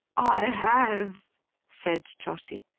i have said trotty.